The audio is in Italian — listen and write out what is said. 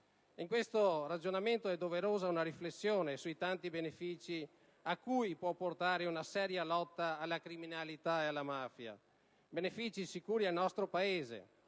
In questo ragionamento, è doverosa una riflessione sui tanti benefici cui può portare una seria lotta alla criminalità e alla mafia: benefici sicuri per il nostro Paese,